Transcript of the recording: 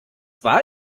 war